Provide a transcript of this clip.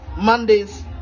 mondays